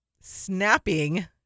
snapping